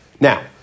Now